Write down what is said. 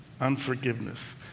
unforgiveness—